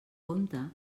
compte